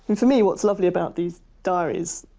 for me, what's lovely about these diaries,